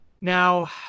Now